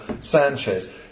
Sanchez